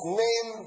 name